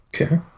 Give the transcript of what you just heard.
Okay